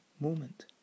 moment